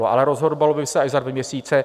Ale rozhodovalo by se až za dva měsíce.